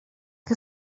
que